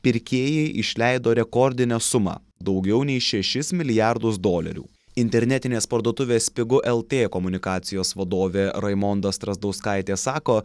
pirkėjai išleido rekordinę sumą daugiau nei šešis milijardus dolerių internetinės parduotuvės pigu lt komunikacijos vadovė raimonda strazdauskaitė sako